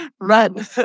run